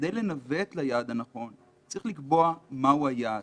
כדי לנווט ליעד הנכון צריך לקבוע מהו היעד.